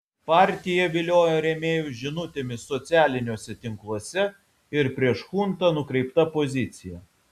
partija vilioja rėmėjus žinutėmis socialiniuose tinkluose ir prieš chuntą nukreipta pozicija